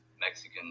Mexican